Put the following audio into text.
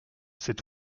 c’est